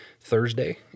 Thursday